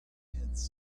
pins